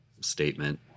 statement